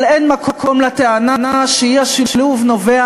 אבל אין מקום לטענה שהאי-שילוב נובע